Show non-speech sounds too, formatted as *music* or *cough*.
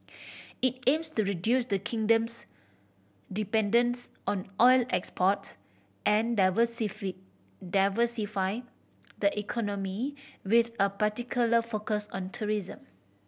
it aims to reduce the kingdom's dependence on oil exports and *unintelligible* diversify the economy with a particular focus on tourism